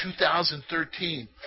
2013